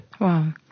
Wow